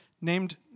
named